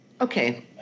okay